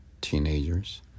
teenagers